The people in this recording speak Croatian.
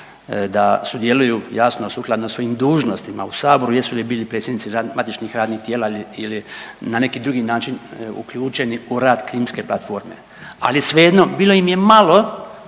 da sudjeluju, jasno, sukladno svojim dužnostima u Saboru, jesu li bili predsjednici matičnih radnih tijela ili na neki drugi način uključeni u rad Krimske platforme, ali svejedno, bilo im je malo